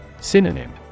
Synonym